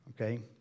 Okay